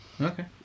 Okay